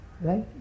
Right